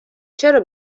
چرا